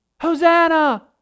Hosanna